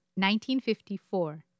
1954